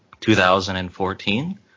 2014